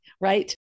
right